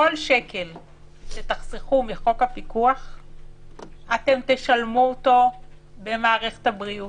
כל שקל שתחסכו מחוק הפיקוח אתם תשלמו אותו במערכת הבריאות,